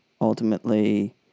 ultimately